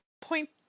point